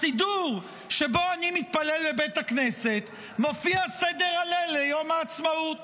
בסידור שבו אני מתפלל בבית הכנסת מופיע סדר הלל ליום העצמאות,